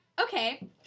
okay